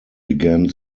began